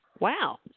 Wow